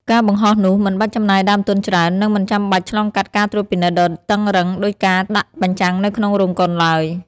ការបង្ហោះនោះ មិនបាច់ចំណាយដើមទុនច្រើន និងមិនចាំបាច់ឆ្លងកាត់ការត្រួតពិនិត្យដ៏តឹងរ៉ឹងដូចការដាក់បញ្ចាំងនៅក្នុងរោងកុនឡើយ។